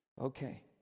Okay